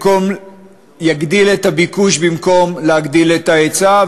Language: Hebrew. יגדיל את הביקוש במקום להגדיל את ההיצע,